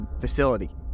facility